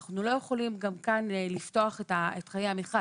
אנחנו לא יכולים גם כאן לפתוח את חיי המכרז.